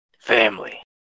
Family